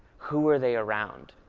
who are they around?